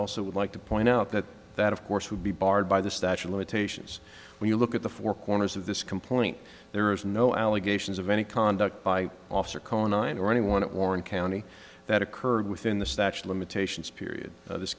would like to point out that that of course would be barred by the statue of limitations when you look at the four corners of this complaint there is no allegations of any conduct by officer co nine or anyone at warren county that occurred within the statute of limitations period this